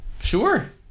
sure